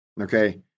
okay